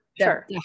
sure